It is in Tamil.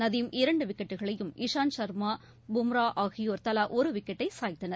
நதிம் இரண்டு விக்கெட்டுகளையும் இசாந்த் சர்மா பும்ரா ஆகியோர் தவா ஒரு விக்கெட்டை சாய்த்தனர்